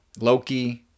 Loki